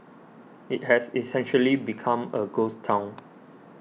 it has essentially become a ghost town